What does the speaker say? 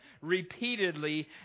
repeatedly